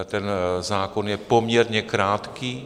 Ten zákon je poměrně krátký.